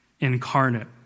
incarnate